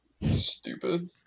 stupid